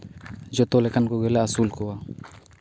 ᱡᱚᱛᱚ ᱞᱮᱠᱟᱱ ᱠᱚᱜᱮᱞᱮ ᱟᱹᱥᱩᱞ ᱠᱚᱣᱟ